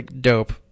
dope